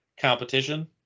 competition